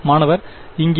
மாணவர் இங்கே